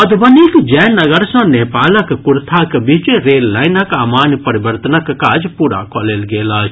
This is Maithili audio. मधुबनीक जयनगर सँ नेपालक कुर्थाक बीच रेललाईनक अमान परिवर्तनक काज पूरा कऽ लेल गेल अछि